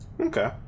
Okay